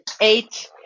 eight